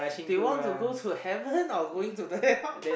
they want to go to heaven or going to the hell